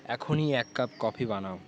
এখনই এক cup coffee বানাও